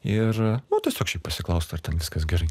ir nu tiesiog šiaip pasiklaust ar ten viskas gerai